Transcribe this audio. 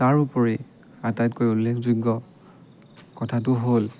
তাৰোপৰি আটাইতকৈ উল্লেখযোগ্য কথাটো হ'ল